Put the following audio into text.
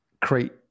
create